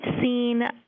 seen